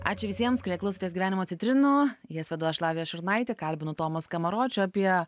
ačiū visiems kurie klausėtės gyvenimo citrinų jas vedu aš lavija šurnaitė kalbinu tomą skamaročių apie